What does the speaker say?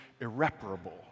irreparable